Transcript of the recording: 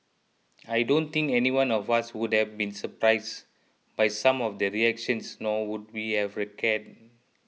I don't think anyone of us would have been surprise by some of the reactions nor would be have cared